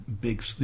big